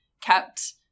kept